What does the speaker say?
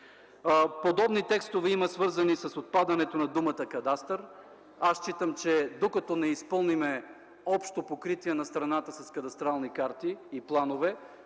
подобни текстове, свързани с отпадането на думата „кадастър”. Аз считам, че докато не изпълним общо покритие на страната с кадастрални карти и планове,